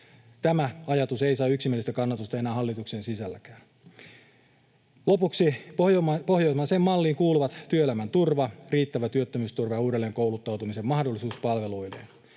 Tämä ajatus ei saa yksimielistä kannatusta enää hallituksen sisälläkään. Lopuksi: Pohjoismaiseen malliin kuuluvat työelämän turva, riittävä työttömyysturva ja uudelleenkouluttautumisen mahdollisuus palveluineen.